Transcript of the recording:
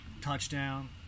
touchdown